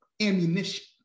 ammunition